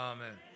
Amen